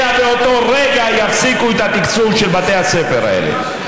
אלא באותו רגע יפסיקו את התקצוב של בתי הספר האלה.